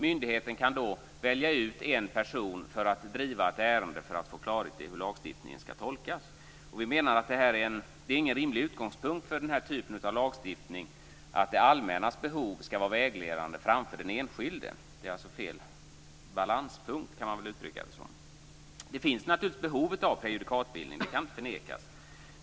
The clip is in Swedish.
Myndigheten kan välja ut en person och driva ett ärende för att få klarhet i hur lagstiftningen skall tolkas. Vi menar att det inte är någon rimlig utgångspunkt för den här typen av lagstiftning att det allmännas behov skall vara vägledande framför den enskildes. Det är fel balanspunkt - så kan man väl uttrycka det. Det finns naturligtvis behov av prejudikatbildning - det kan inte förnekas.